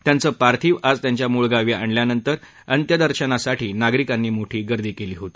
त्यांच पार्थीव आज त्यांच्या मूळ गावी आणल्यानंतर अंत्यदर्शनासाठी नागरिकांनी मोठी गर्दी केली होती